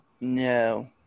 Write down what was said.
No